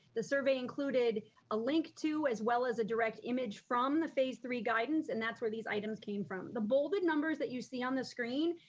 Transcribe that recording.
the survey included a link too as well as a direct image from the phase three guidance, and that's where these items came from. the bolded numbers that you see on the screen,